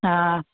हा